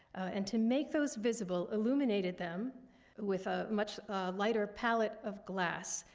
and to make those visible, illuminated them with a much lighter palette of glass,